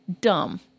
dumb